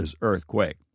earthquake